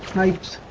night